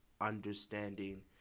understanding